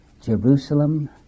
Jerusalem